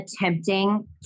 attempting